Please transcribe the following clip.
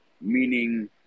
meaning